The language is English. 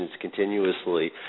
continuously